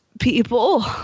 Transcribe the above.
people